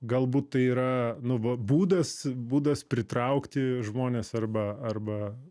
galbūt tai yra nu va būdas būdas pritraukti žmones arba arba